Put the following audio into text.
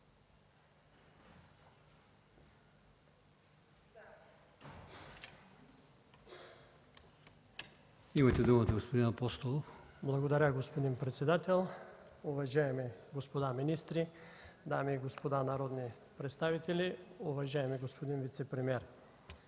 Имате думата, господин Апостолов. НИКОЛАЙ АПОСТОЛОВ (ГЕРБ): Благодаря, господин председател. Уважаеми господа министри, дами и господа народни представители, уважаеми господин вицепремиер!